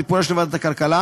לטיפולה של ועדת הכלכלה.